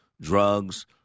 drugs